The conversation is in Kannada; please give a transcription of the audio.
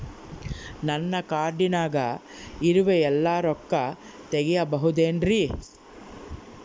ನನ್ನ ಕಾರ್ಡಿನಾಗ ಇರುವ ಎಲ್ಲಾ ರೊಕ್ಕ ತೆಗೆಯಬಹುದು ಏನ್ರಿ?